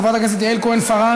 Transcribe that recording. חברת הכנסת יעל כהן-פארן,